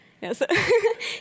Yes